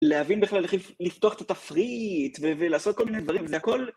להבין בכלל, איך לפתוח את התפריט, ולעשות כל מיני דברים, זה הכל...